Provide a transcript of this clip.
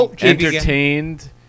entertained